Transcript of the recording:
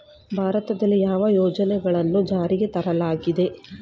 ಭಾರತದಲ್ಲಿ ಯಾವ ಯೋಜನೆಗಳನ್ನು ಜಾರಿಗೆ ತರಲಾಗಿದೆ?